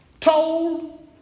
told